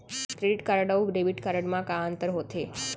Credit card अऊ debit card मा का अंतर होथे?